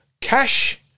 cash